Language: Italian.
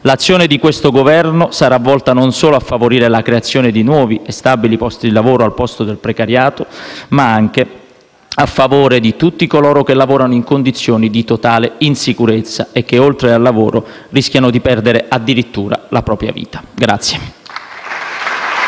L'azione di questo Governo sarà volta non solo a favorire la creazione di nuovi e stabili posti di lavoro al posto del precariato ma anche tutti coloro che lavorano in condizioni di totale insicurezza e che, oltre al lavoro, rischiano di perdere addirittura la propria vita grazie.